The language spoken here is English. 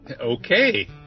Okay